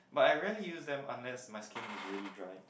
but I rarely use them unless my skin is really dry